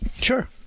Sure